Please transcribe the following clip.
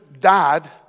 died